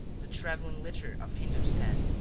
the travelling litter of hindostan.